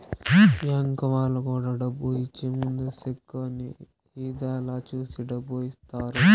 bank వాళ్ళు కూడా డబ్బు ఇచ్చే ముందు సెక్కు అన్ని ఇధాల చూసి డబ్బు ఇత్తారు